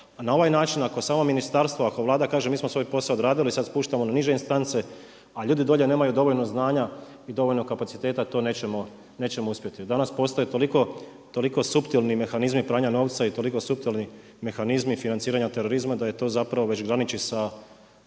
Na ovaj način, ako samo ministarstvo, ako Vlada kaže mi smo svoj posao odradili i sad spuštamo na niže instance, a ljudi dolje nemaju dovoljno znanja i dovoljno kapaciteta, to nećemo uspjeti. Danas postoje toliko suptilni mehanizmi pranja novca i toliko suptilni mehanizmi financiranja terorizma da je to zapravo već graniči sa